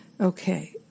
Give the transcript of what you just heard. Okay